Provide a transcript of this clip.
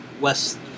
West